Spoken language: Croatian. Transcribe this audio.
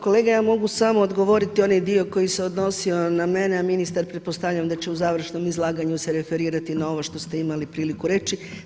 Kolega, ja mogu samo odgovoriti onaj dio koji se odnosio na mene, a ministar pretpostavljam da će u završnom izlaganju se referirati na ovo što ste imali priliku reći.